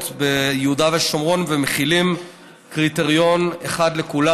ביהודה ושומרון ומחילים קריטריון אחד לכולם.